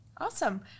Awesome